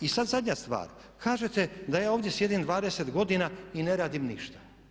I sad zadnja stvar, kažete da ja ovdje sjedim 20 godina i ne radim ništa.